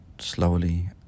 slowly